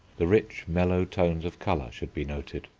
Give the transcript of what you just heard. the rich, mellow tones of colour should be noted,